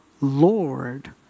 Lord